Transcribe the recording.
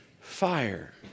fire